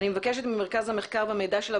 אני מבקשת ממרכז המחקר והמידע של הוועדה,